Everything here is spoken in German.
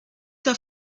der